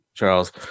Charles